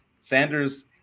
Sanders